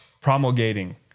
promulgating